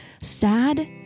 Sad